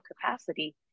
capacity